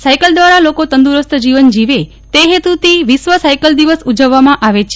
cycle દ્વારા લોકો તંદુરસ્ત જીવન જીવે તે હેતુથી વિશ્વ સાયકલ દિવસ ઉજવવામાં આવે છે